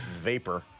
Vapor